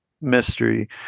mystery